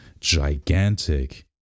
gigantic